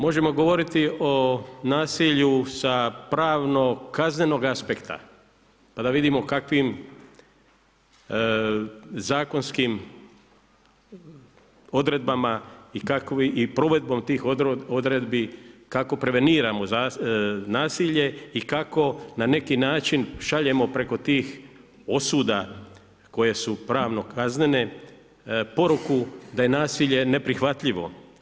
Možemo govoriti o nasilju sa pravno-kaznenog aspekta, pa da vidimo kakvim zakonskim odredbama i provedbom tih odredbi, kako preveniramo nasilje i kako na neki način, šaljemo preko tih osuda koje su pravno-kaznene poruku da je nasilje neprihvatljivo.